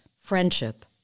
friendship